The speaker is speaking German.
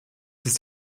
ist